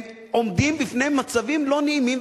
הם עומדים בפני מצבים לא נעימים,